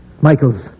Michaels